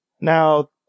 now